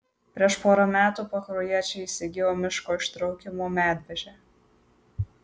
prieš pora metų pakruojiečiai įsigijo miško ištraukimo medvežę